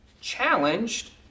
challenged